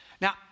Now